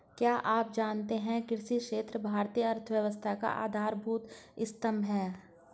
क्या आप जानते है कृषि क्षेत्र भारतीय अर्थव्यवस्था का आधारभूत स्तंभ है?